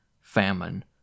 famine